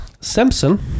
Simpson